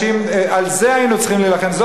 על זה היינו צריכים להילחם.